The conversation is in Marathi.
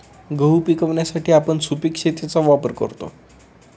गहू पिकवण्यासाठी आपण सुपीक शेतीचा वापर करतो